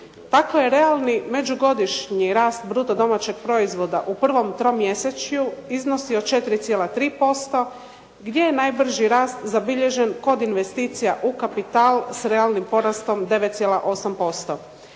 Tako je realni međugodišnji rast bruto domaćeg proizvoda u prvom tromjesečju iznosio 4,3% gdje je najbrži rast zabilježen kod investicija u kapital s realnim porastom 9,8%.